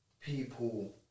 people